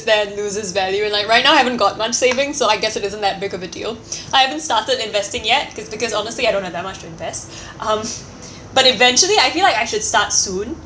there and loses value and like right now I haven't got much savings so I guess it isn't that big of a deal I haven't started investing yet because because honestly I don't have that much to invest um but eventually I feel like I should start soon